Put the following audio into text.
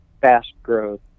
fast-growth